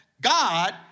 God